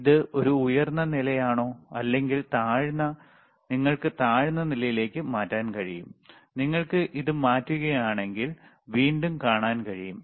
ഇത് ഒരു ഉയർന്ന നിലയാണോ അല്ലെങ്കിൽ നിങ്ങൾക്ക് താഴ്ന്ന നിലയിലേക്ക് മാറ്റാൻ കഴിയും നിങ്ങൾക്ക് ഇത് മാറ്റുകയാണെങ്കിൽ വീണ്ടും കാണാൻ കഴിയും